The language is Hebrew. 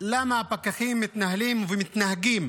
למה הפקחים מתנהלים ומתנהגים